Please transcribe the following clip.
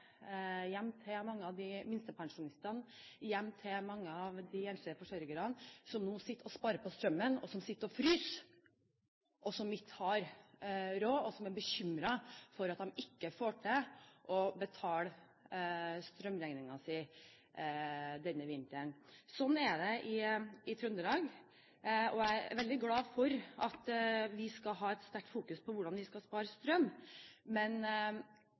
hjem til mange av de minstepensjonistene og mange av de enslige forsørgerne som nå sitter og sparer på strømmen, som sitter og fryser, som ikke har råd, og som er bekymret for at de ikke får til å betale strømregningen sin denne vinteren. Sånn er det i Trøndelag. Jeg er veldig glad for at vi skal ha sterkt i fokus hvordan vi skal spare strøm, men